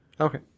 okay